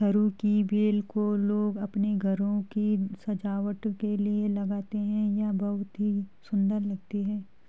सरू की बेल को लोग अपने घरों की सजावट के लिए लगाते हैं यह बहुत ही सुंदर लगती है